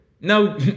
No